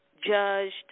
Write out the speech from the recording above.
Judged